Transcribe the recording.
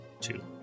two